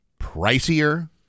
pricier